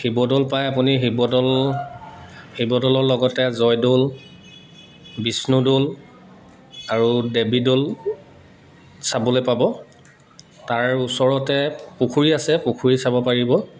শিৱদৌল পায় আপুনি শিৱদৌল শিৱদৌলৰ লগতে জয়দৌল বিষ্ণুদৌল আৰু দেৱীদৌল চাবলৈ পাব তাৰ ওচৰতে পুখুৰী আছে পুখুৰী চাব পাৰিব